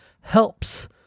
helps